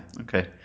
Okay